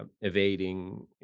evading